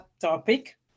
topic